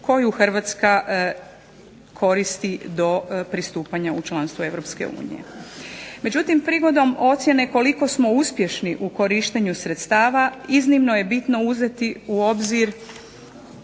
koju Hrvatska koristi do pristupanja u članstvo EU. Međutim, prigodom ocjene koliko smo uspješni u korištenju sredstava iznimno je bitno uzeti u obzir